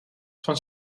van